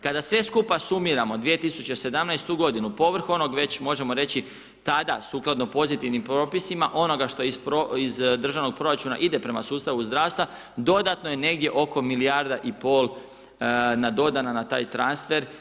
Kada sve skupa sumiramo 2017. godinu, povrh onog već, možemo reći, tada, sukladno pozitivnim propisima, onoga što iz državnog proračuna ide prema sustavu zdravstva, dodatno je negdje oko milijarda i pol nadodana na taj transfer.